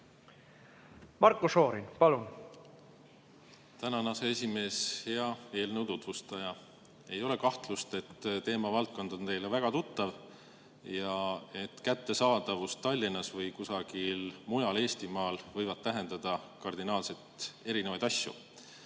Marko Šorin, palun! Tänan, aseesimees! Hea eelnõu tutvustaja! Ei ole kahtlust, et teemavaldkond on teile väga tuttav ning kättesaadavus Tallinnas ja kusagil mujal Eestimaal võivad tähendada kardinaalselt erinevaid asju.